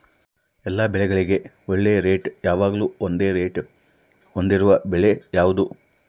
ಎಲ್ಲ ಬೆಳೆಗಳಿಗೆ ಒಳ್ಳೆ ರೇಟ್ ಯಾವಾಗ್ಲೂ ಒಂದೇ ರೇಟ್ ಹೊಂದಿರುವ ಬೆಳೆ ಯಾವುದು?